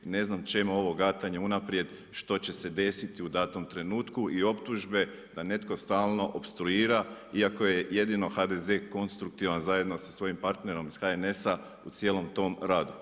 Ne znam čemu ovo gatanje unaprijed, što će se desiti u datom trenutku i optužbe da netko stalno opstruira, iako je jedino HDZ konstruktivan zajedno sa svojim partnerom iz HNS-a u cijelom tom radu.